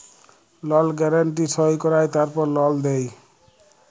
লল গ্যারান্টি সই কঁরায় তারপর লল দেই